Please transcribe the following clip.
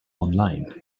online